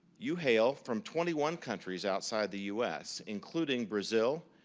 you hail from twenty one countries outside the us, including brazil,